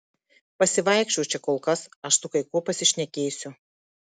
pasivaikščiok čia kol kas aš su kai kuo pasišnekėsiu